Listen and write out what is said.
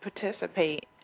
participate